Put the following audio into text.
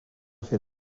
fait